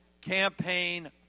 campaign